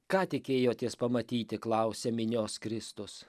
ką tikėjotės pamatyti klausia minios kristus